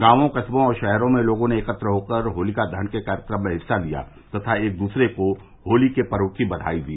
गांवों कस्बों और शहरो में लोगों ने एकत्र होकर होलिका दहन के कार्यक्रम में हिस्सा लिया तथा एक दूसरे को होली के पर्व की बधाई दी